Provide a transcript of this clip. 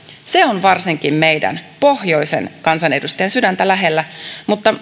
se on varsinkin meidän pohjoisen kansanedustajien sydäntä lähellä mutta